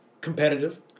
competitive